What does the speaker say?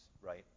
right